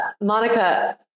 Monica